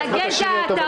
אז תשאירי את זה בצד.